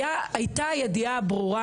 הייתה הידיעה הברורה